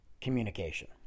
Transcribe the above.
communication